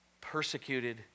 persecuted